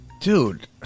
Dude